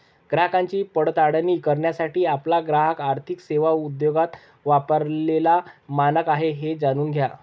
ग्राहकांची पडताळणी करण्यासाठी आपला ग्राहक आर्थिक सेवा उद्योगात वापरलेला मानक आहे हे जाणून घ्या